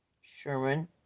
Sherman